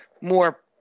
more